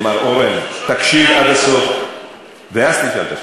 מר אורן, תקשיב עד הסוף ואז תשאל את השאלה.